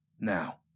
Now